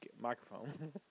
microphone